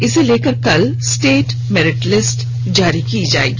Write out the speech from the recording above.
इसे लेकर कल स्टेट मेरिठ लिस्ट जारी की जाएगी